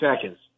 seconds